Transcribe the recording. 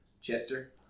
chester